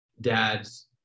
dad's